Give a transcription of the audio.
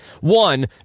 One